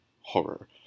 horror